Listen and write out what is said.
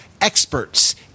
experts